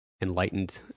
enlightened